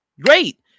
Great